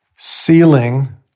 sealing